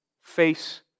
face